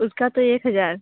उसका तो एक हज़ार